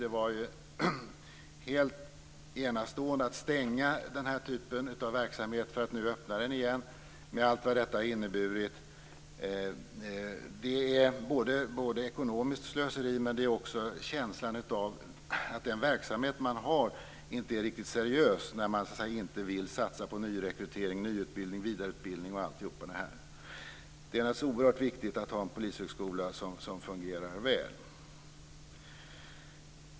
Det var helt enastående att stänga den här typen av verksamhet för att nu öppna den igen, med allt vad detta har inneburit. Det är ekonomiskt slöseri. Men det är också en känsla av att den verksamhet man bedriver inte är riktigt seriös när man inte vill satsa på nyrekrytering, nyutbildning, vidareutbildning m.m. Det är alltså oerhört viktigt att ha en polishögskola som fungerar väl.